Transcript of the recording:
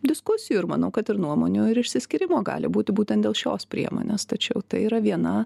diskusijų ir manau kad ir nuomonių ir išsiskyrimo gali būti būtent dėl šios priemonės tačiau tai yra viena